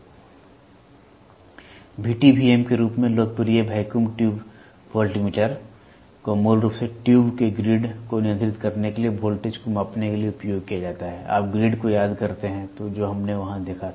VTVM के रूप में लोकप्रिय वैक्यूम ट्यूब वोल्टमीटर को मूल रूप से ट्यूब के ग्रिड को नियंत्रित करने के लिए वोल्टेज को मापने के लिए उपयोग किया जाता है आप ग्रिड को याद करते हैं जो हमने वहां देखा था